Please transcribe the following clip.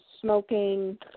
smoking